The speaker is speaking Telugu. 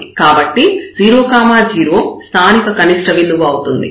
కాబట్టి 0 0 స్థానిక కనిష్ట బిందువు అవుతుంది